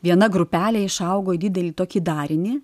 viena grupelė išaugo į didelį tokį darinį